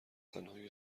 تنهایی